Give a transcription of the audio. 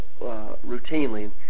routinely